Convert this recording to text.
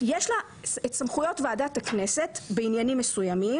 יש לה את סמכויות ועדת הכנסת בעניינים מסוימים